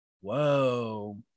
whoa